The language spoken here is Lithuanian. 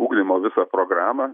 ugdymo visą programą